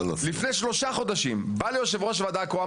לפני שלושה חודשים הוא בא ליושב ראש הוועדה הקרואה,